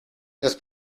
las